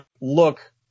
look